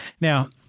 Now